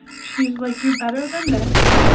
she's like, you're better than this.